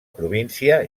província